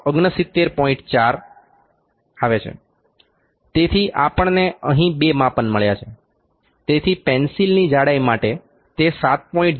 4 તેથી આપણને અહીં બે માપન મળ્યાં છે તેથી પેંસિલની જાડાઈ માટે તે 7